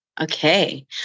okay